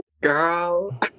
Girl